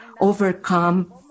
overcome